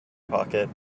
pocket